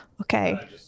okay